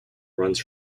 runs